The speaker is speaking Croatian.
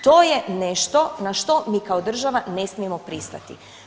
To je nešto na što mi kao država ne smijemo pristati.